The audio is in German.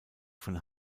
von